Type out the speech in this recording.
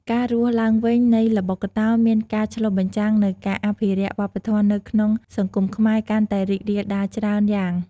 ការរស់ឡើងវិញនៃល្បុក្កតោមានការឆ្លុះបញ្ចាំងនូវការអភិរក្សវប្បធម៌នៅក្នុងសង្គមខ្មែរកាន់តែរីករាលដាលច្រើនយ៉ាង។